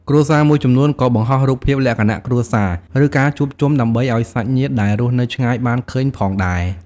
គ្រួសារមួយចំនួនក៏បង្ហោះរូបភាពលក្ខណៈគ្រួសារ ឬ ការជួបជុំដើម្បីឱ្យសាច់ញាតិដែលរស់នៅឆ្ងាយបានឃើញផងដែរ។